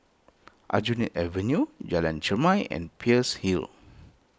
Aljunied Avenue Jalan Chermai and Peirce Hill